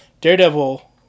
Daredevil